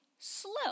slow